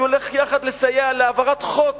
אני הולך לסייע להעברת חוק